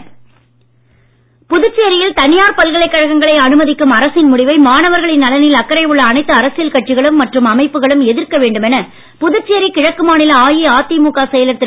அன்பழகன் புதுச்சேரியில் தனியார் பல்கலைக் கழகங்களை அனுமதிக்கும் அரசின் முடிவை மாணவர்களின் நலனில் அக்கறை உள்ள அனைத்து அரசியல் கட்சிகள் மற்றும் அமைப்புகளும் எதிர்க்க வேண்டும் என புதுச்சேரி கிழக்கு மாநில அஇஅதிமுக செயலர் திரு